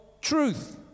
truth